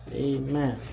Amen